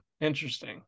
Interesting